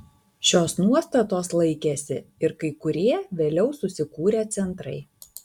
šios nuostatos laikėsi ir kai kurie vėliau susikūrę centrai